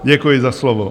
Děkuji za slovo.